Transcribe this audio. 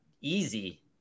easy